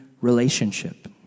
relationship